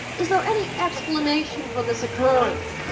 is there any explanation for this occurrence?